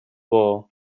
war